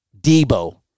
Debo